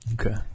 Okay